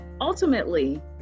Ultimately